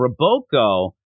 Roboco